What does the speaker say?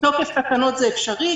מתוקף תקנות זה אפשרי.